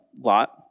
Lot